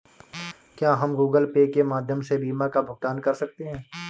क्या हम Google Pay के माध्यम से बीमा का भुगतान कर सकते हैं?